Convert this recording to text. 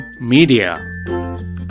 media